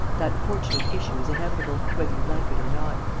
that fortunate issue is inevitable, whether you like it or not.